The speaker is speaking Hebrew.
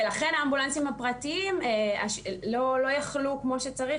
ולכן האמבולנסים הפרטיים לא יכלו כמו שצריך